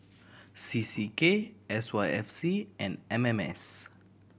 C C K S Y F C and M M S